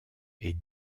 est